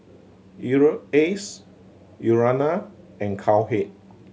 Europace Urana and Cowhead